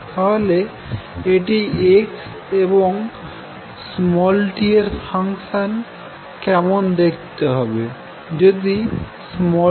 তাহলে এটি x এবং t এর ফাংশনে কেমন দেখতে হবে